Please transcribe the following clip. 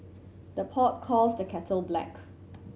the pot calls the kettle black